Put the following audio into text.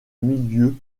milieux